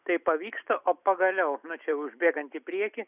tai pavyksta o pagaliau nu čia užbėgant į priekį